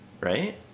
right